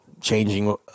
Changing